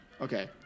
Okay